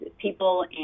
people